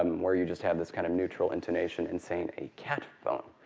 um where you just have this kind of neutral intonation and saying a cat phone.